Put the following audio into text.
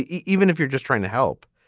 even if you're just trying to help,